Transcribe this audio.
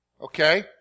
Okay